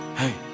hey